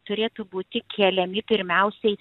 turėtų būti keliami pirmiausiai